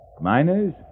Miners